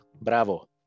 Bravo